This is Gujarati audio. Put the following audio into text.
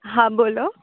હા બોલો